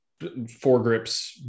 foregrips